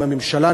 עם הממשלה,